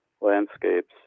landscapes